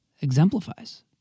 exemplifies